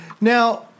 Now